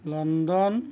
London